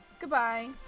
Goodbye